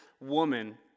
woman